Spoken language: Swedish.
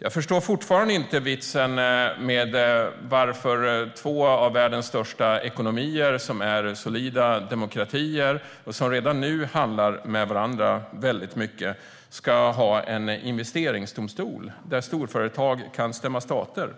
Jag förstår fortfarande inte vitsen med att två av världens största ekonomier som är solida demokratier och som redan nu handlar med varandra väldigt mycket ska ha en investeringsdomstol där storföretag kan stämma stater.